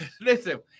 Listen